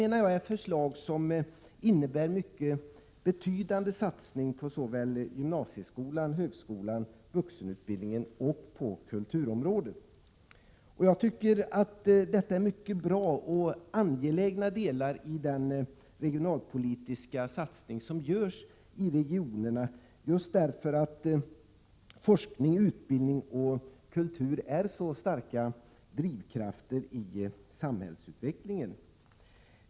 Detta förslag innebär en mycket betydande satsning på gymnasieskolan, högskolan, vuxenutbildningen och kulturområdet. Jag tycker att detta är mycket bra och angelägna delar i den regionalpolitiska satsning som görs i regionerna just därför att forskning, utbildning och kultur är så starka drivkrafter i samhällsutvecklingen.